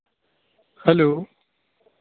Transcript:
hello